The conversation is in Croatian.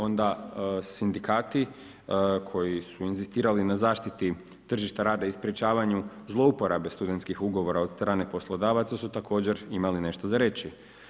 Onda sindikati koji su inzistirali na zaštiti tržišta rada i sprječavanju zlouporabe studentskih ugovora od strane poslodavaca su također imali nešto za reći.